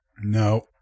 No